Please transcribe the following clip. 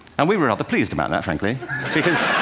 and we were rather pleased about that, frankly because